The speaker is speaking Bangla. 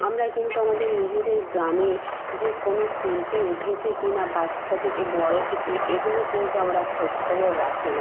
আমরা কিন্তু আমাদের নিজেদের গ্রামে যে কোনো শিল্পী উঠেছে কি না বাচ্চা থেকে বড়ো থেকে এগুলো কিন্তু আমরা খোঁজ খবর রাখি না